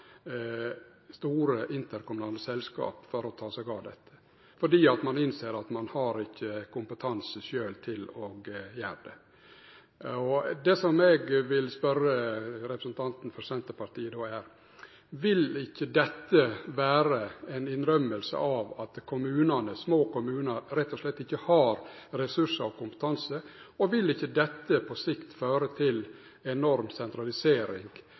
store interkommunale selskap for å ta seg av det, for ein innser at ein ikkje har kompetanse sjølv til å gjere det. Eg vil spørje representanten for Senterpartiet: Vil ikkje dette vere ei innrømming av at små kommunar rett og slett ikkje har ressursar og kompetanse, og vil ikkje dette på sikt føre til ei enorm sentralisering